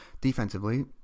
defensively